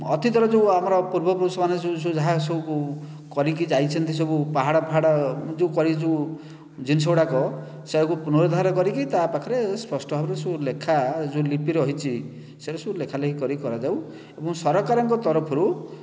ଅତୀତର ଯେଉଁ ଆମର ପୂର୍ବ ପୁରୁଷ ମାନେ ଯେଉଁ ସବୁ ଯାହା ସବୁ କରିକି ଯାଇଛନ୍ତି ସବୁ ପାହାଡ଼ ଫାହାଡ଼ ଯେଉଁ କରିକି ଯେଉଁ ଜିନିଷ ଗୁଡ଼ାକ ସେୟାକୁ ପୁନରୁଦ୍ଧାର କରିକି ତା'ପାଖରେ ସ୍ପଷ୍ଟ ଭାବରେ ସବୁ ଲେଖା ଯେଉଁ ଲିପି ରହିଛି ସେଇଟା ସବୁ ଲେଖାଲେଖି କରିକି କରାଯାଉ ଏବଂ ସରକାରଙ୍କ ତରଫରୁ